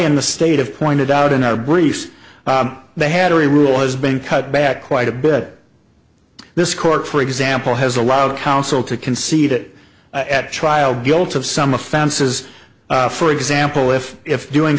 and the state of pointed out in our briefs they had every rule has been cut back quite a bit this court for example has allowed counsel to concede at trial guilt of some offenses for example if if doing